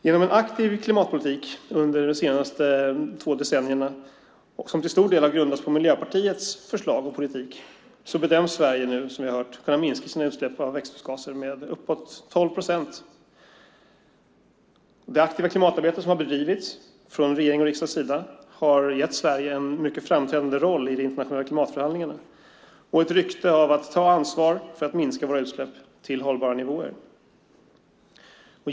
Genom en aktiv klimatpolitik under de senaste två decennierna, som till stor del har grundats på Miljöpartiets förslag och politik, bedöms Sverige, som vi hört, kunna minska sina utsläpp av växthusgaser med uppåt 12 procent. Det aktiva klimatarbete som bedrivits från regeringens och riksdagens sida har gett Sverige en mycket framträdande roll i de internationella klimatförhandlingarna och ett rykte av att ta ansvar för att minska våra utsläpp till hållbara nivåer.